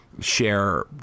share